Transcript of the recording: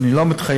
ואני לא מתחייב,